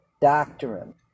doctrine